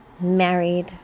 married